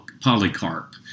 Polycarp